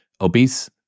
obese